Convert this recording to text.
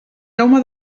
jaume